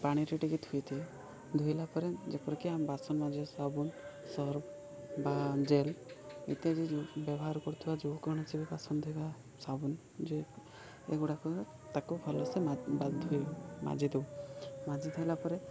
ପାଣିରେ ଟିକେ ଥୋଇଥାଏ ଧୋଇଲା ପରେ ଯେପରିକି ଆମ ବାସନ ମାଜ ସାବୁନ ସର୍ଫ ବା ଜେଲ୍ ଇତ୍ୟାଦି ବ୍ୟବହାର କରୁଥିବା ଯେକୌଣସି ବି ବାସନ ଥିବା ସାବୁନ ଜେଲ୍ ଏଗୁଡ଼ାକ ତାକୁ ଭଲସେ ବା ଧୋଇ ମାଜି ଦଉ ମାଜି ଧୋଇଲା ପରେ